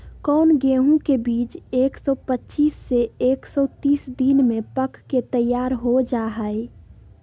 कौन गेंहू के बीज एक सौ पच्चीस से एक सौ तीस दिन में पक के तैयार हो जा हाय?